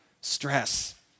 stress